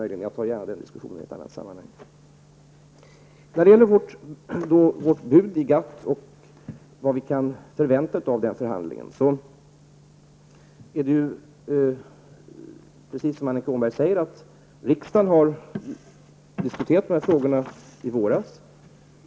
Jag tar gärna upp den diskussionen i något annat sammanhang. När det gäller vårt bud i GATT och vad vi kan förvänta oss i GATT-förhandlingen är det, precis som Annika Åhnberg säger, så att riksdagen har diskuterat dessa frågor i våras.